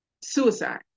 suicide